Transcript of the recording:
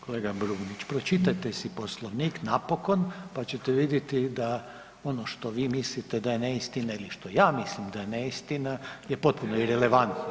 Kolega Brumnić, pročitajte si Poslovnik napokon, pa ćete vidjeti da ono što vi mislite da je neistina ili što ja mislim da je neistina je potpuno irelevantno.